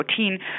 2014